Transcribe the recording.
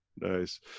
Nice